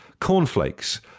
cornflakes